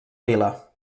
vila